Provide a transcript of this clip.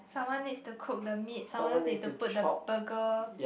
someone needs to cook the meat someone needs to put the burger